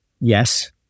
Yes